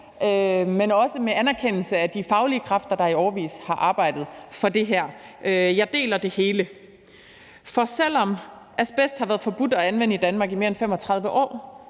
med en anerkendelse af de faglige kræfter, der i årevis har arbejdet for det her. Jeg deler det hele. For selv om asbest har været forbudt at anvende i Danmark i mere end 35 år,